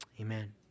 amen